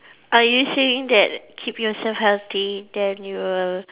are you saying that keep yourself healthy then you will